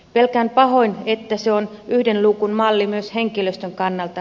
pelkään pahoin että se on yhden luukun malli myös henkilöstön kannalta